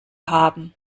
haben